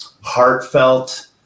heartfelt